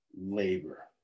labor